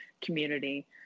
community